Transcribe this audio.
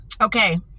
Okay